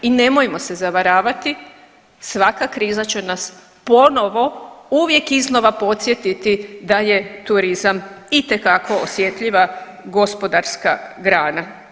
I nemojmo se zavaravati svaka kriza će nas ponovno uvijek iznova podsjetiti da je turizam itekako osjetljiva gospodarska grana.